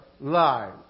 lives